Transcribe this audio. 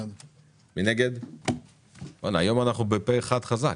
הצבעה בעד 5 נגד 0 נמנעים 0 התקנות אושרו היום אנחנו בפה אחד חזק.